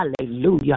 Hallelujah